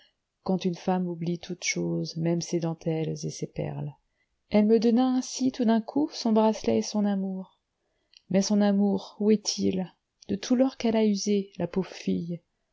quand une femme oublie toutes choses même ses dentelles et ses perles elle me donna ainsi tout d'un coup son bracelet et son amour mais son amour où est-il de tout l'or qu'elle a usé la pauvre fille